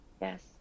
yes